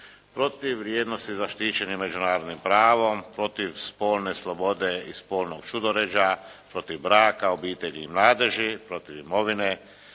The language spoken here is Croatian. protiv vrijednosti zaštićene međunarodnim pravom, protiv spolne slobode i spolnog čudoređa, protiv braka, obitelji i mladeži, protiv imovine,